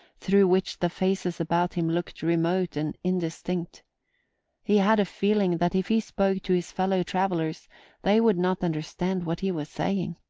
through which the faces about him looked remote and indistinct he had a feeling that if he spoke to his fellow-travellers they would not understand what he was saying.